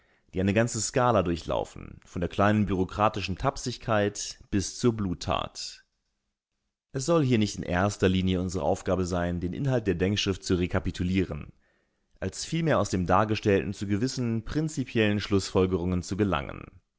die eine ganze skala durchlaufen von der kleinen bureaukratischen tapsigkeit bis zur bluttat es soll hier nicht in erster linie unsere aufgabe sein den inhalt der denkschrift zu rekapitulieren als vielmehr aus dem dargestellten zu gewissen prinzipiellen schlußfolgerungen zu gelangen